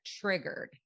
triggered